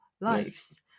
lives